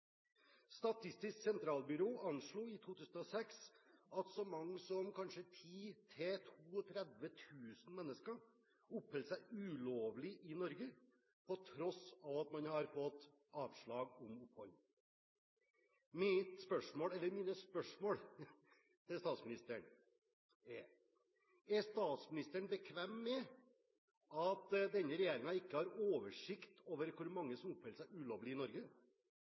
Statistisk sentralbyrå anslo i 2006 at så mange som kanskje 10 000–32 000 mennesker oppholdt seg ulovlig i Norge, på tross av at de hadde fått avslag om opphold. Mine spørsmål til statsministeren er: Er statsministeren bekvem med at denne regjeringen ikke har oversikt over hvor mange som oppholder seg ulovlig i Norge?